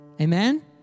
Amen